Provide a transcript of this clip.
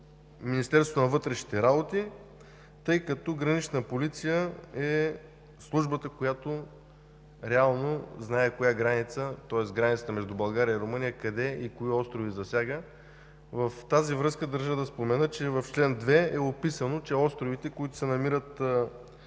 Министерството на вътрешните работи, тъй като „Гранична полиция“ е службата, която реално знае коя граница, тоест границата между България и Румъния къде и кои острови засяга. В тази връзка държа да спомена, че в чл. 2 е описано: островите от лявата